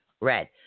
red